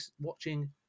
watching